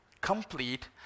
complete